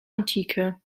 antike